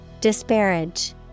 Disparage